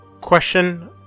Question